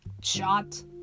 shot